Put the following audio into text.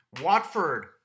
Watford